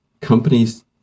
companies